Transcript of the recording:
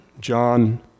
John